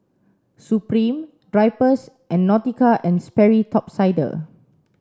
Supreme Drypers and Nautica and Sperry Top Sider